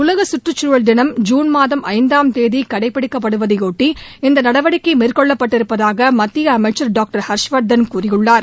உலக சுற்றுச்சூழல் தினம் ஜூன் மாதம் ஐந்தாம் தேதி கடைபிடிக்கப் படுவதையொட்டி இந்த நடவடிக்கை மேற்கொள்ளப் பட்டிருப்பதாக மத்திய அமைச்ச் டாக்டர் ஹர்ஷவர்த்தன் கூறியு்ளளார்